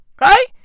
right